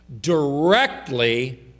directly